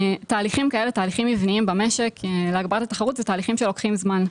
תהליכים מבניים במשק להגברת התחרות הם תהליכים שלוקחים זמן.